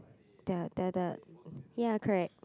the the the ya correct